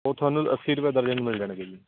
ਉਹ ਤੁਹਾਨੂੰ ਅੱਸੀ ਰੁਪਏ ਦਰਜਨ ਮਿਲ ਜਾਣਗੇ ਜੀ